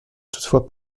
toutefois